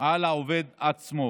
על העובד עצמו.